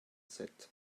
sept